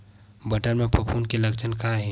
बटर म फफूंद के लक्षण का हे?